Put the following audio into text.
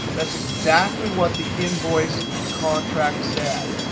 that's exactly what the invoice contract says.